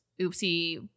oopsie